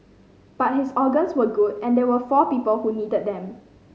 but his organs were good and there were four people who needed them